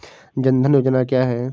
जनधन योजना क्या है?